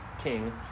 king